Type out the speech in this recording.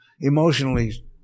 emotionally